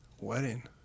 Wedding